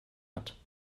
hat